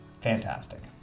Fantastic